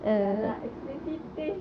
ya lah expensive taste